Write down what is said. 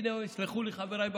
יסלחו לי חבריי בקואליציה,